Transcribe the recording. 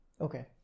Okay